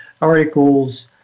articles